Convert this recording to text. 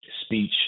speech